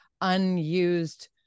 unused